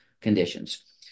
conditions